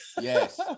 Yes